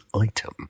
item